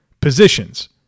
positions